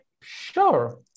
sure